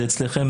זה אצלכם,